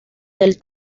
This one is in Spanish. del